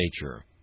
Nature